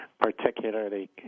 particularly